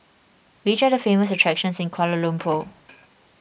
which are the famous attractions in Kuala Lumpur